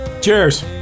Cheers